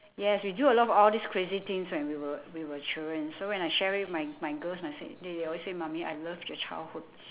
yes we do a lot of all these crazy things when we were we were children so when I share with my my girls say they always say mummy I love your childhood